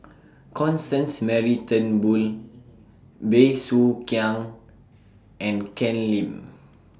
Constance Mary Turnbull Bey Soo Khiang and Ken Lim